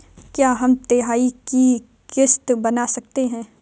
क्या हम तिमाही की किस्त बना सकते हैं?